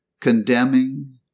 condemning